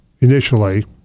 initially